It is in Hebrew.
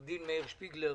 עו"ד שפיגלר,